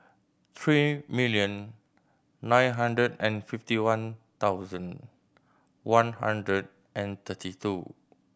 three million nine hundred and fifty one thousand one hundred and thirty two